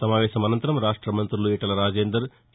సమావేశం అనంతరం రాష్ట మంత్రులు ఈటల రాజేందర్ టీ